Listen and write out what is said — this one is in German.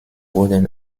boden